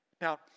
Now